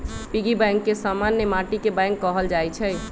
piggy bank के समान्य माटिके बैंक कहल जाइ छइ